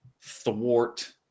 thwart